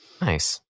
nice